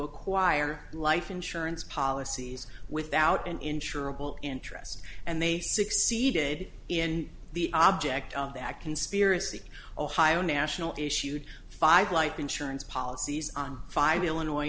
acquire life insurance policies without an insurable interest and they succeeded in the object of that conspiracy ohio national issued five life insurance policies on five illinois